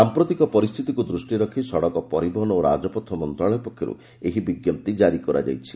ସାମ୍ପ୍ରତିକ ପରିସ୍ଥିତିକୁ ଦୃଷ୍ଟିରେ ରଖି ସଡ଼କ ପରିବହନ ଓ ରାଜପଥ ମନ୍ତ୍ରଣାଳୟ ପକ୍ଷରୁ ଏହି ବିଜ୍ଞପ୍ତି ଜାରି କରାଯାଇଛି